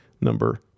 number